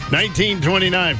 1929